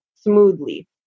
smoothly